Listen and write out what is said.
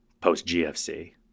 post-GFC